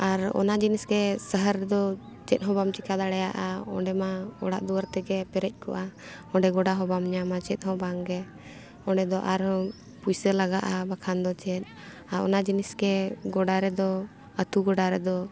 ᱟᱨ ᱚᱱᱟ ᱡᱤᱱᱤᱥ ᱜᱮ ᱥᱟᱦᱟᱨ ᱨᱮᱫᱚ ᱪᱮᱫ ᱦᱚᱸ ᱵᱟᱢ ᱪᱤᱠᱟᱹ ᱫᱟᱲᱮᱭᱟᱜᱼᱟ ᱚᱸᱰᱮ ᱢᱟ ᱚᱲᱟᱜ ᱫᱩᱣᱟᱹᱨ ᱛᱮᱜᱮ ᱯᱮᱨᱮᱡ ᱠᱚᱜᱼᱟ ᱚᱸᱰᱮ ᱜᱚᱰᱟ ᱦᱚᱸ ᱵᱟᱢ ᱧᱟᱢᱟ ᱪᱮᱫ ᱦᱚᱸ ᱵᱟᱝᱜᱮ ᱚᱸᱰᱮ ᱫᱚ ᱟᱨᱦᱚᱸ ᱯᱩᱭᱥᱟᱹ ᱞᱟᱜᱟᱜᱼᱟ ᱵᱟᱠᱷᱟᱱ ᱫᱚ ᱪᱮᱫ ᱟᱨ ᱚᱱᱟ ᱡᱤᱱᱤᱥ ᱜᱮ ᱜᱚᱰᱟ ᱨᱮᱫᱚ ᱟᱛᱳ ᱜᱚᱰᱟ ᱨᱮᱫᱚ